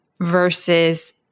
versus